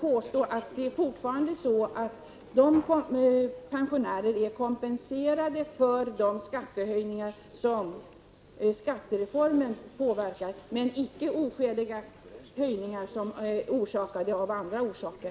Jag vill fortfarande påstå att pensionärerna är kompenserade för de skattehöjningar som skattereformen påverkar, men icke för de oskäliga höjningar som är orsakade av andra saker.